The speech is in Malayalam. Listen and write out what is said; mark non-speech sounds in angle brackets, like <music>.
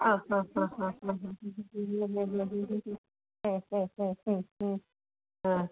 ആ ഹ ഹ ഹ ഹ <unintelligible> ആ ഹ ഹ ഹ ആ